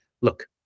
look